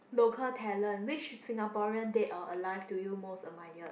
local talent which Singaporean dead or alive do you most admire